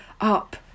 up